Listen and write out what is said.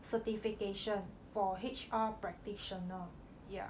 certification for H_R practitioner yeah